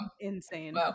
insane